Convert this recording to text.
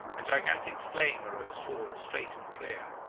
a gigantic flame arose forward straight and clear.